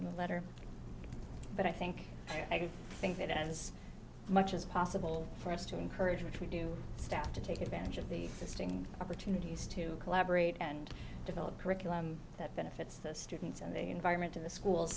in the letter but i think i do think that as much as possible for us to encourage which we do step to take advantage of these sting opportunities to collaborate and develop curriculum that benefits the students and the environment in the school